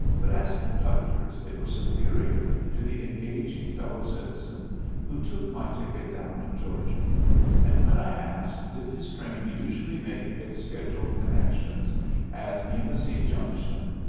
but as conductors they were superior to the engaging fellow citizen who took my ticket down in georgia and, when i asked did his train usually make its scheduled connection at yemassee junction,